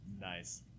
Nice